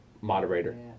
moderator